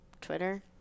Twitter